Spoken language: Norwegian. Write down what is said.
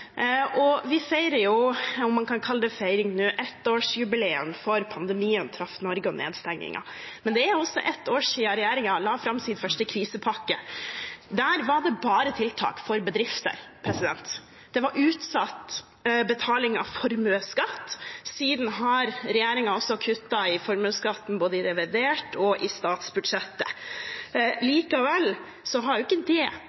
Vi feirer nå – om man kan kalle det feiring – ettårsjubileum for at pandemien traff Norge, og nedstengingen. Det er også et år siden regjeringen la fram sin første krisepakke. Der var det bare tiltak for bedrifter. Det var utsatt betaling av formuesskatt. Siden har regjeringen også kuttet i formuesskatten både i revidert og i statsbudsjettet. Likevel har ikke det